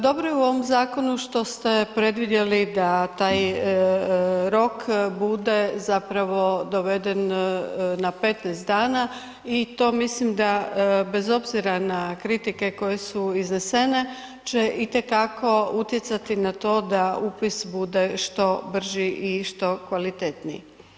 Dobro je u ovom zakonu što ste predvidjeli da taj rok bude zapravo doveden na 15 dana i to mislim da bez obzira na kritike koje su iznesene će itekako utjecati na to da upis bude što brži i što kvalitetniji.